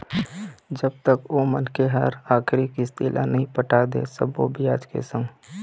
जब तक ओ मनखे ह आखरी किस्ती ल नइ पटा दे सब्बो बियाज के संग